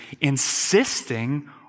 insisting